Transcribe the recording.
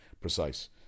precise